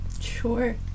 Sure